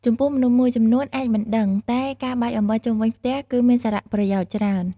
ចំពោះមនុស្សមួយចំនួនអាចមិនដឹង តែការបាចអំបិលជុំវិញផ្ទះគឺមានសារប្រយោជន៍ច្រើន។